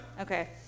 Okay